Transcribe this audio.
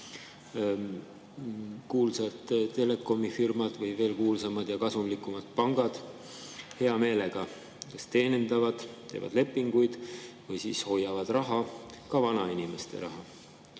Kuulsad telekomifirmad või veel kuulsamad ja kasumlikumad pangad hea meelega teenindavad, teevad lepinguid või hoiavad raha, ka vanainimeste raha.